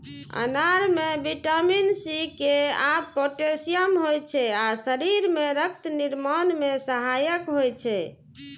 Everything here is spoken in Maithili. अनार मे विटामिन सी, के आ पोटेशियम होइ छै आ शरीर मे रक्त निर्माण मे सहायक होइ छै